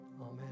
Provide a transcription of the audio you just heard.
Amen